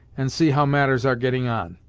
and see how matters are getting on.